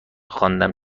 خواندن